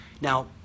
Now